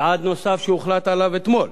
צעד נוסף שהוחלט עליו אתמול